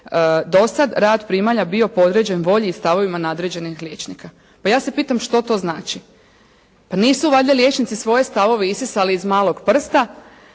"do sad rad primalja bio podređen volji i stavovima nadređenih liječnika". Pa ja se pitam što to znači? Pa nisu valjda liječnici svoje stavove isisali iz malog prsta